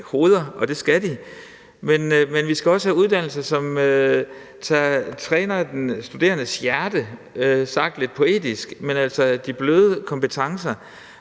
hoveder, og det skal de også, men vi skal også have uddannelser, som træner den studerendes hjerte, sagt lidt poetisk, altså træner de bløde kompetencer.